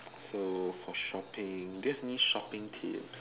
so for shopping do you have any shopping tips